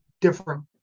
different